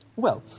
well,